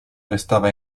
restava